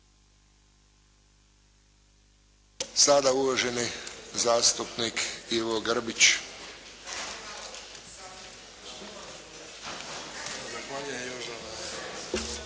Sada uvaženi zastupnik Ivo Grbić.